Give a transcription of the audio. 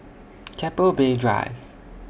Keppel Bay Drive